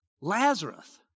Lazarus